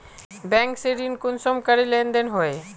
Bank से ऋण कुंसम करे लेन देन होए?